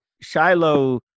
Shiloh